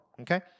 okay